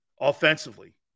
offensively